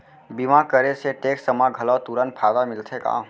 बीमा करे से टेक्स मा घलव तुरंत फायदा मिलथे का?